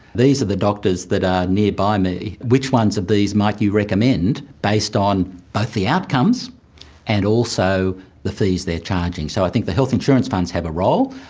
these are the doctors that are nearby me, which ones of these might you recommend based on both the outcomes and also the fees they are charging? so i think the health insurance funds have a role,